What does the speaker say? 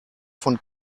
von